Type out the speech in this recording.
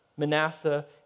Manasseh